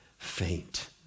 faint